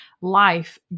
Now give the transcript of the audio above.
life